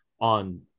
on